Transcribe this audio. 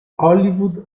hollywood